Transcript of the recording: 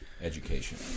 education